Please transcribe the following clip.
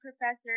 professor